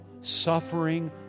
suffering